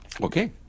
Okay